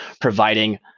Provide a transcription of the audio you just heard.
providing